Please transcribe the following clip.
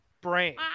brain